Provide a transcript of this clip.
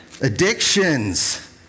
addictions